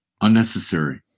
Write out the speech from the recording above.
unnecessary